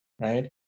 right